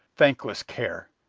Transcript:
thankless care!